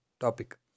topic